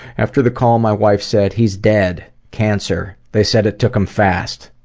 after the call, my wife said, he's dead. cancer. they said it took him fast.